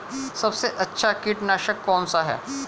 सबसे अच्छा कीटनाशक कौन सा है?